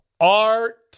art